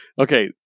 okay